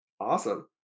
Awesome